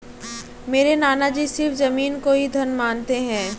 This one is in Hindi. मेरे नाना जी सिर्फ जमीन को ही धन मानते हैं